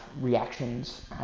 reactions